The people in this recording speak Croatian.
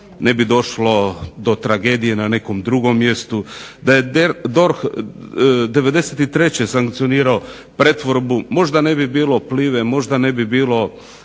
ne bi došlo do tragedije na nekom drugom mjestu. Da je DORH '93. sankcionirao pretvorbu možda ne bi bilo PLIVA-e, možda ne bi bilo